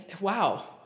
wow